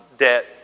debt